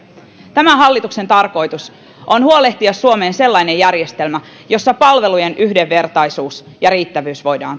tämän hallituksen tarkoitus on huolehtia suomeen sellainen järjestelmä jossa palvelujen yhdenvertaisuus ja riittävyys voidaan